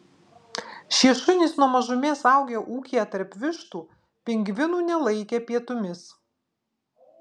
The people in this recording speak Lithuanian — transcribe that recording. šie šunys nuo mažumės augę ūkyje tarp vištų pingvinų nelaikė pietumis